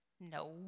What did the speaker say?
no